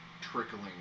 trickling